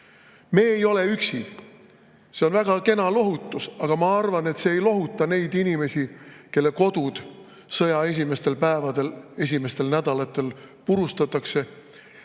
Me ei ole üksi – see on väga kena lohutus, aga ma arvan, et see ei lohuta neid inimesi, kelle kodud sõja esimestel päevadel, esimestel nädalatel purustatakse.